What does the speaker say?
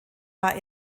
war